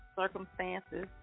circumstances